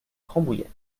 rambouillet